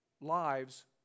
lives